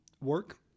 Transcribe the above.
work